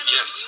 Yes